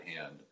hand